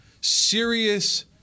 serious